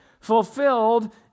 fulfilled